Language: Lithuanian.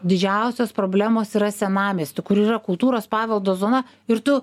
didžiausios problemos yra senamiesty kur yra kultūros paveldo zona ir tu